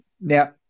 now